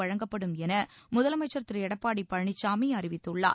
வழங்கப்படும் என முதலமைச்சர் திரு எடப்பாடி பழனிசாமி அறிவித்துள்ளார்